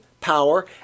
power